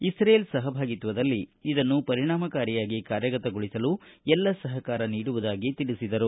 Israel ಸಹಭಾಗಿತ್ವದಲ್ಲಿ ಇದನ್ನು ಪರಿಣಾಮಕಾರಿಯಾಗಿ ಕಾರ್ಯಗತಗೊಳಿಸಲು ಎಲ್ಲ ಸಹಕಾರವನ್ನು ನೀಡುವುದಾಗಿ ತಿಳಿಸಿದರು